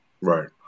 Right